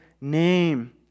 name